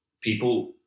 people